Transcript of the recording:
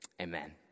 amen